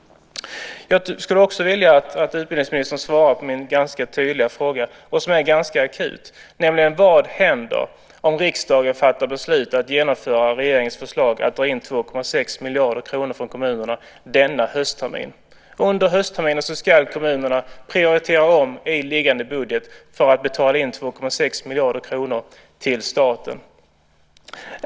Jag skulle också vilja att utbildningsministern svarar på min ganska tydliga fråga - den är ganska akut: Vad händer om riksdagen fattar beslut om att genomföra regeringens förslag att dra in 2,6 miljarder kronor från kommunerna denna hösttermin? Under höstterminen ska kommunerna prioritera om i liggande budget för att betala in 2,6 miljarder till staten.